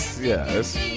Yes